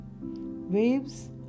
waves